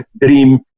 dream